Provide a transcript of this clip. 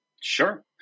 Sure